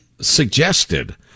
suggested